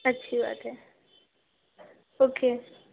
اچھی بات ہے اوکے